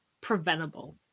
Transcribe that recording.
preventable